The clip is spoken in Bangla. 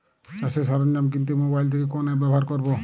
চাষের সরঞ্জাম কিনতে মোবাইল থেকে কোন অ্যাপ ব্যাবহার করব?